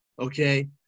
okay